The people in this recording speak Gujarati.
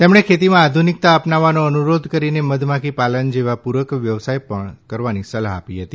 તેમણે ખેતીમાં આધુનિકતા અપનાવવાનો અનુરોધ કરીને મધમાખી પાલન જેવા પૂરક વ્યવસાય પણ કરવાની સલાહ આપી હતી